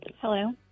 Hello